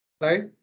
right